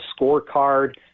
scorecard